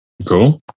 cool